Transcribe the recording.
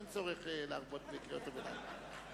אין צורך להרבות בקריאות ביניים.